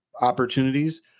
opportunities